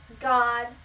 God